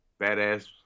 badass